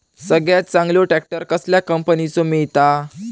सगळ्यात चांगलो ट्रॅक्टर कसल्या कंपनीचो मिळता?